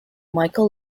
michael